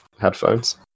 headphones